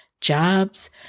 jobs